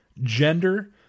gender